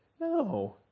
No